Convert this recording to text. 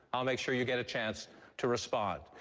i'll make sure you get a chance to respond.